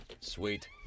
Sweet